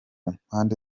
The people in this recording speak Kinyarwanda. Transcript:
mpande